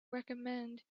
recommend